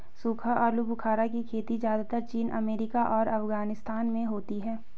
सूखा आलूबुखारा की खेती ज़्यादातर चीन अमेरिका और अफगानिस्तान में होती है